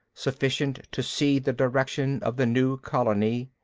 sufficient to see the direction of the new colony.